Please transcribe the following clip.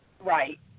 Right